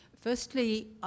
Firstly